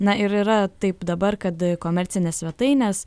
na ir yra taip dabar kad komercinės svetainės